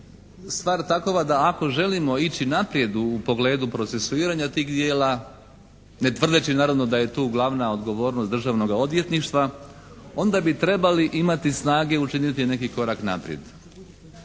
stvar takova da ako želimo ići naprijed u pogledu procesuiranja tih dijela ne tvrdeći naravno da je tu glavna odgovornost Državnoga odvjetništva onda bi trebali imati snage učiniti neki korak naprijed.